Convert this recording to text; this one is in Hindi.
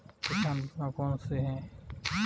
किसान बीमा कौनसे हैं?